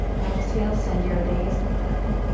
exhale, send your gaze down.